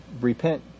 repent